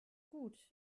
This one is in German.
gut